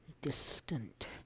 distant